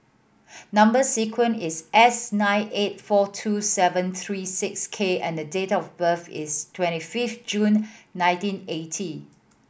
number sequence is S nine eight four two seven three six K and date of birth is twenty fifth June nineteen eighty